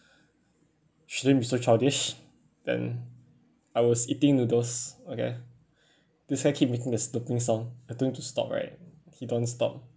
shouldn't be so childish then I was eating noodles okay this guy keep making the sound I told him to stop right he don't want to stop